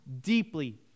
deeply